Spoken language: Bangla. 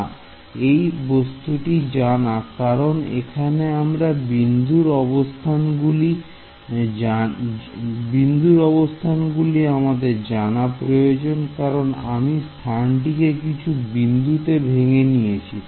না এই বস্তুটি জানা কারণ এইখানে আমার বিন্দুর অবস্থানগুলি জানা প্রয়োজন কারণ আমি স্থানটিকে কিছু বিন্দুতে ভেঙ্গে নিয়েছি